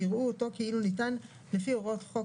ויראו אותו כאילו ניתן לפי הוראות חוק